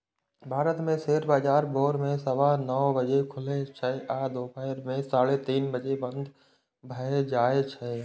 भारत मे शेयर बाजार भोर मे सवा नौ बजे खुलै छै आ दुपहर मे साढ़े तीन बजे बंद भए जाए छै